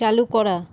চালু করা